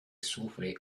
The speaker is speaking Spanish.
sufre